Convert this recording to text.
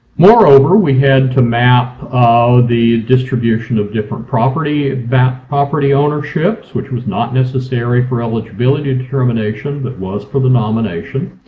moreover, we had to map um the distribution of different property. property ownerships, which was not necessary for eligibility determination but was for the nomination.